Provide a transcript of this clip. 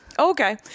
Okay